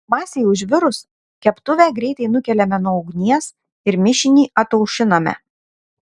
masei užvirus keptuvę greitai nukeliame nuo ugnies ir mišinį ataušiname